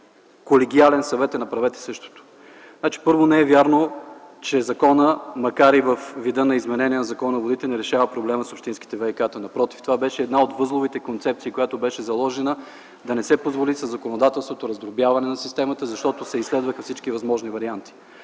колегиален съвет е: направете същото. Първо, не е вярно, че законът, макар и във вида на изменение на Закона за водите, не решава проблема с общинските ВиК. Напротив, това беше една от възловите концепции, която беше заложена – да не се позволи със законодателството раздробяване на системата, защото се изследваха всички възможни варианти.